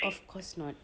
of course not